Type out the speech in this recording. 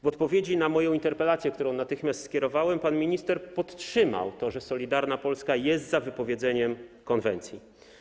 W odpowiedzi na moją interpelację, którą natychmiast skierowałem, pan minister podtrzymał to, że Solidarna Polska jest za wypowiedzeniem konwencji.